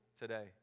today